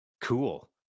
cool